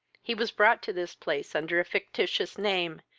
he was brought to this place under a fictitious name,